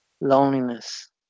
loneliness